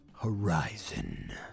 Horizon